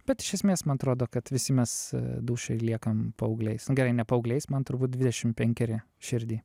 bet iš esmės man atrodo kad visi mes dūšioj liekam paaugliais nu gerai ne paaugliais man turbūt dvidešim penkeri širdy